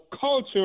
Culture